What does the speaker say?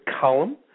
column